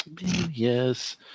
Yes